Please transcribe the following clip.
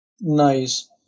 Nice